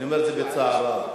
אני אומר את זה בצער רב.